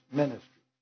ministry